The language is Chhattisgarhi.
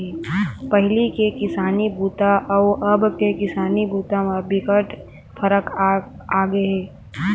पहिली के किसानी बूता अउ अब के किसानी बूता म बिकट फरक आगे हे